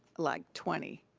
like, twenty.